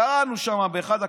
קראנו שם באחת הכתבות: